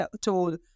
told